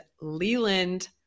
Leland